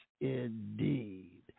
indeed